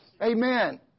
Amen